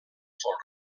folre